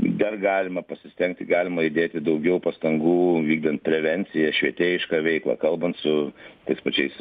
dar galima pasistengti galima įdėti daugiau pastangų vykdant prevenciją švietėjišką veiklą kalbant su tais pačiais